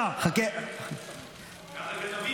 ככה חושבים.